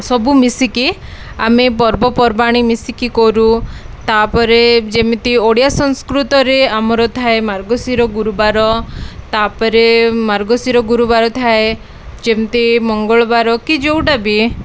ସବୁ ମିଶିକି ଆମେ ପର୍ବପର୍ବାଣି ମିଶିକି କରୁ ତା'ପରେ ଯେମିତି ଓଡ଼ିଆ ସଂସ୍କୃତରେ ଆମର ଥାଏ ମାର୍ଗଶିର ଗୁରୁବାର ତା'ପରେ ମାର୍ଗଶିର ଗୁରୁବାର ଥାଏ ଯେମିତି ମଙ୍ଗଳବାର କି ଯେଉଁଟା ବି